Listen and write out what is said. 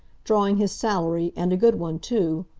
drawing his salary, and a good one, too,